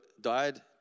died